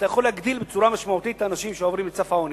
אתה יכול להגדיל בצורה משמעותית את מספר האנשים שעוברים את סף העוני.